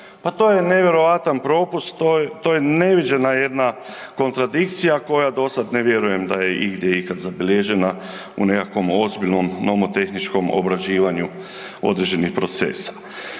Pa to je nevjerojatan propust, to je neviđena jedna kontradikcija koja do sada ne vjerujem da je igdje ikad zabilježena u nekakvom ozbiljnom nomotehničkom obrađivanju određenih procesa.